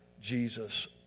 Jesus